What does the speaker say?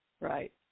Right